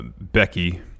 Becky